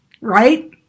right